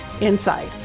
inside